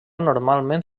normalment